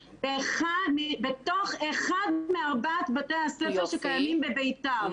בתוך אחד מארבעת בתי הספר שקיימים בביתר,